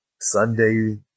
Sunday